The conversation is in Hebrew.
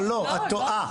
לא, את טועה.